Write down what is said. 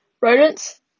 rodents